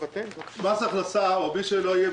אילו מס הכנסה או מי שלא יהיה,